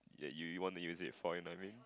that you you want to use it for another